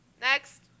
Next